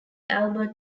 albert